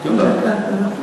את יודעת.